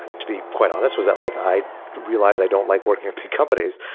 to be quite honest, was that like i realized i don't like working at big companies,